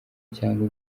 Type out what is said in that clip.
cyangwa